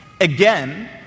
Again